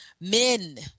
men